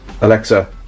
Alexa